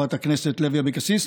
חברת הכנסת לוי אבקסיס,